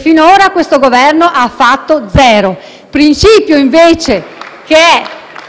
Finora questo Governo ha fatto zero. *(Applausi dal